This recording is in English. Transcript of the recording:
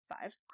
Five